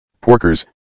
Porkers